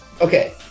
Okay